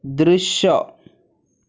दृश्य